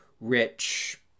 rich